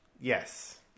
Yes